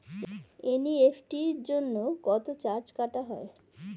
NEFT জন্য কত charge কাটা হয়?